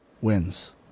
wins